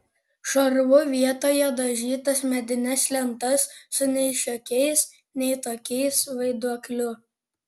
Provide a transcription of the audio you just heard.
šarvu vietoje dažytas medines lentas su nei šiokiais nei tokiais vaiduokliu